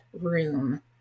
room